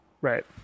Right